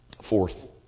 Fourth